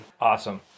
Awesome